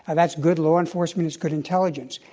and that's good law enforcement. it's good intelligence.